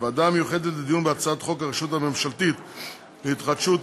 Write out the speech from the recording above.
הוועדה המיוחדת לדיון בהצעת חוק הרשות הממשלתית להתחדשות עירונית,